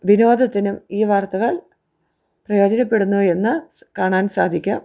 വിനോദത്തിനും ഈ വാർത്തകൾ പ്രയോജനപ്പെടുന്നു എന്ന് കാണാൻ സാധിക്കും